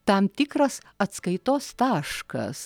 tam tikras atskaitos taškas